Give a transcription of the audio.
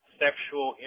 sexual